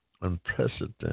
unprecedented